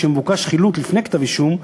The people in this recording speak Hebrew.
כשמבוקש חילוט לפני כתב-אישום,